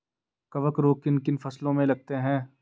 कवक रोग किन किन फसलों में लगते हैं?